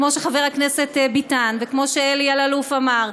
כמו שחבר הכנסת ביטן וכמו שאלי אלאלוף אמר,